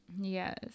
Yes